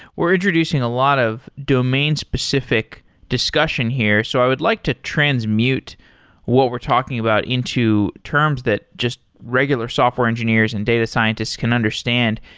we're introducing a lot of domain specific discussion here. so i would like to transmute what we're talking about into terms that just regular software engineers and data scientists can understand.